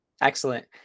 Excellent